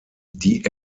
die